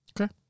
Okay